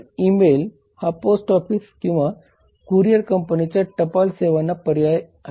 तर email हा post office किंवा कुरिअर कंपनीच्या टपाल सेवांना पर्याय आहे